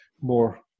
more